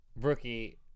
rookie